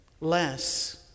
less